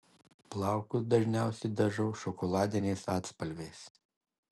plaukus dažniausiai dažau šokoladiniais atspalviais